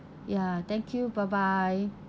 ya thank you bye bye